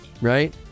Right